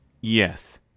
yes